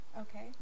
Okay